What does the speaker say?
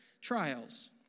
trials